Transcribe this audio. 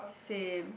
same